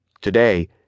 Today